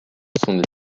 sont